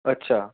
અચ્છા